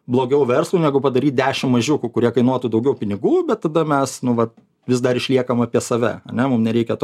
blogiau verslui negu padaryt dešim mažiukų kurie kainuotų daugiau pinigų bet tada mes nu vat vis dar išliekam apie save ane mum nereikia to